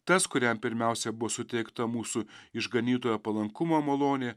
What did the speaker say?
tas kuriam pirmiausia bus suteikta mūsų išganytojo palankumo malonė